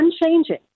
unchanging